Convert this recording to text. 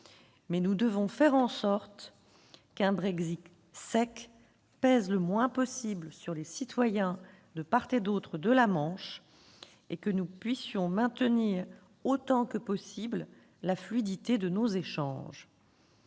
mais nous devons faire en sorte qu'un Brexit « sec » pèse le moins possible sur les citoyens de part et d'autre de la Manche et que nous puissions maintenir, autant que possible, la fluidité de nos échanges.